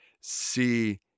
see